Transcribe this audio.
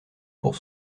pour